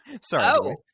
Sorry